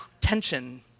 tension